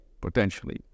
potentially